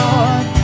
Lord